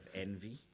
envy